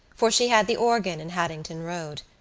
for she had the organ in haddington road.